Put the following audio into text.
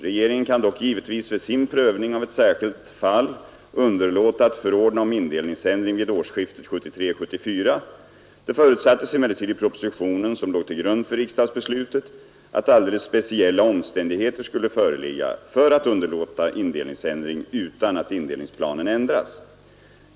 Regeringen kan dock givetvis vid sin prövning av ett särskilt fall underlåta att förordna om indelningsändring vid årsskiftet 1973/74, Det förutsattes emellertid i proposition 1969:103, som låg till grund för riksdagsbeslutet, att alldeles speciella omständigheter skulle föreligga för att underlåta indelningsändring utan att indelningsplanen ändras.